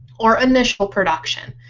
or a national production,